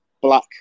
black